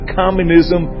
communism